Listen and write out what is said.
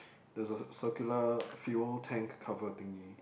there's a circular fuel tank cover thingy